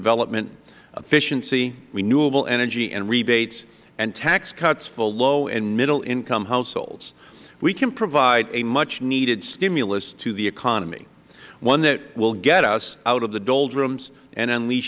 development efficiency renewable energy and rebates and tax cuts for low and middle income households we can provide a much needed stimulus to the economy one that will get us out of the doldrums and unleash